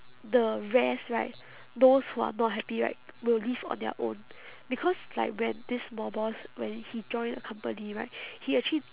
the rest right those who are not happy right will leave on their own because like when this small boss when he joined the company right he actually